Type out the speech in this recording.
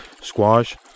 squash